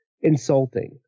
insulting